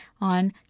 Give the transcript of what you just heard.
on